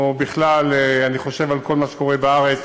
או בכלל, אני חושב על כל מה שקורה בארץ,